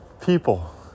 people